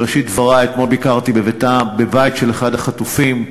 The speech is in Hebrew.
בראשית דברי אתמול ביקרתי בביתו של אחד החטופים.